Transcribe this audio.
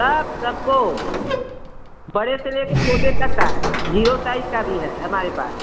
सब सबको बड़े से लेकर छोटे तक का है जीरो साइज का भी है हमारे पास